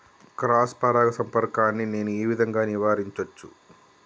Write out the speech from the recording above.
Cross పరాగ సంపర్కాన్ని నేను ఏ విధంగా నివారించచ్చు?